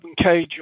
OpenCage